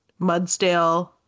Mudsdale